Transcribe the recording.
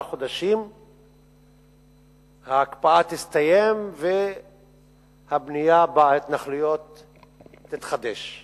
חודשים ההקפאה תסתיים והבנייה בהתנחלויות תתחדש.